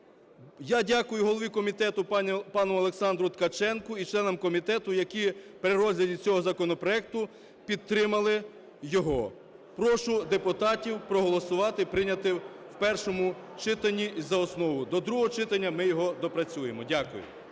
Я дякую голові комітету пану Олександру Ткаченку і членам комітету, які при розгляді цього законопроекту підтримали його. Прошу депутатів проголосувати і прийняти в першому читанні і за основу. До другого читання ми його доопрацюємо. Дякую.